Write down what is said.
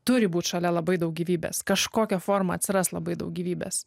turi būt šalia labai daug gyvybės kažkokia forma atsiras labai daug gyvybės